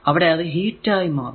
അവിടെ അത് ഹീറ്റ് ആയി മാറുന്നു